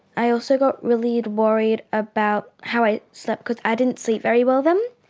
i also got really worried about how i slept because i didn't sleep very well then,